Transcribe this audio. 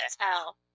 tell